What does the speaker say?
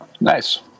Nice